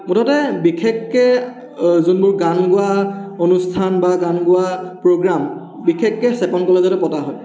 মুঠতে বিশেষকৈ যোনবোৰ গান গোৱা অনুষ্ঠান বা গান গোৱা প্ৰ'গ্ৰাম বিশেষকৈ চেপন কলেজতে পতা হয়